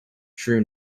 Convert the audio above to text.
true